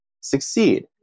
succeed